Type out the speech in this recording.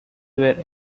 were